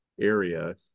area